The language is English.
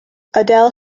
adele